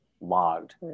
logged